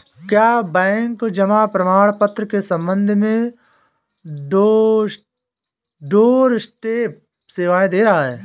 क्या बैंक जमा प्रमाण पत्र के संबंध में डोरस्टेप सेवाएं दे रहा है?